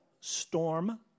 Storm